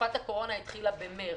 תקופת הקורונה התחילה בחודש מרץ.